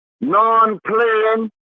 non-playing